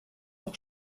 auch